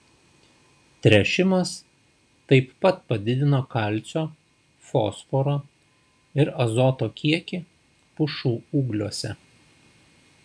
tręšimas taip pat padidino kalcio fosforo ir azoto kiekį pušų ūgliuose